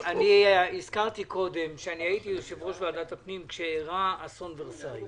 הזכרתי קודם שהייתי יושב-ראש ועדת הפנים כאשר אירע אסון ורסאי.